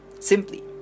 simply